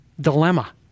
dilemma